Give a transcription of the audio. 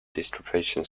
distribution